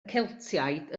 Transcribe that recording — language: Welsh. celtiaid